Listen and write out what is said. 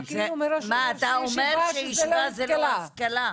אתה אומר שישיבה זה לא השכלה?